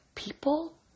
people